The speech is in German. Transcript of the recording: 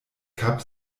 kap